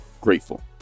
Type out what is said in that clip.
grateful